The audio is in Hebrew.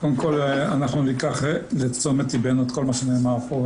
קודם כל אנחנו ניקח איזה לתשומת ליבנו את כל מה שנאמר פה,